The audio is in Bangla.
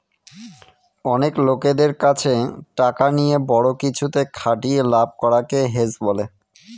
অনেক লোকদের কাছে টাকা নিয়ে বড়ো কিছুতে খাটিয়ে লাভ করাকে হেজ বলে